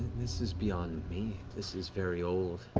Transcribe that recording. this is beyond me, this is very old.